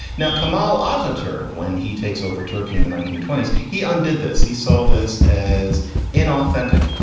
now, kemal ataturk, when he takes over turkey in the nineteen twenty s, he undid this. he saw this as inauthentic.